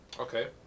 okay